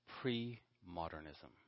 pre-modernism